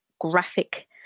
graphic